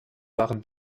waren